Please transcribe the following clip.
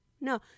no